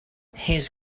his